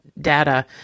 data